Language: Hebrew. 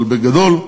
אבל בגדול,